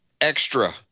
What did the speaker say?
extra